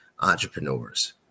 entrepreneurs